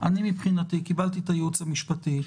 אני מבחינתי קיבלתי את הייעוץ המשפטי,